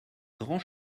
grand